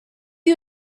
you